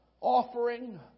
offering